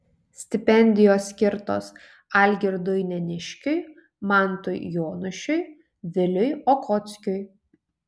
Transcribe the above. stipendijos skirtos algirdui neniškiui mantui jonušiui viliui okockiui